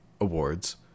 Awards